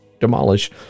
demolish